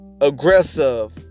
aggressive